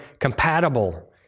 compatible